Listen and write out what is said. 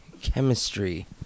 chemistry